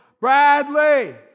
Bradley